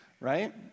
right